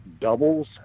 doubles